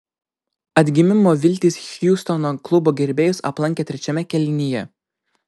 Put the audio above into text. atgimimo viltys hjustono klubo gerbėjus aplankė trečiame kėlinyje